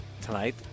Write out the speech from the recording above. tonight